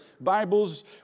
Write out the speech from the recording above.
Bibles